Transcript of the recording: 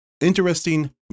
interesting